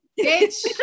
bitch